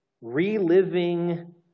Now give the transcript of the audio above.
Reliving